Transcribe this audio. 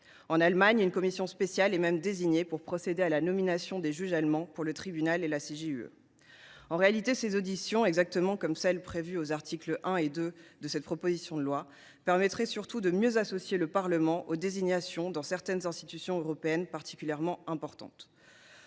En Allemagne, une commission spéciale est même désignée pour procéder à la nomination des juges allemands au sein du Tribunal et de la CJUE. Ces auditions, exactement comme celles qui sont prévues aux articles 1 et 2 de cette proposition de loi, permettraient surtout de mieux associer le Parlement aux désignations au sein de certaines institutions européennes particulièrement importantes.